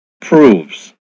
PROVES